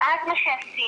ואז מה שעשינו,